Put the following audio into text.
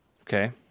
Okay